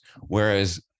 whereas